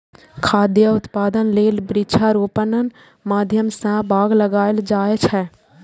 खाद्य उत्पादन लेल वृक्षारोपणक माध्यम सं बाग लगाएल जाए छै